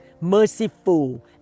merciful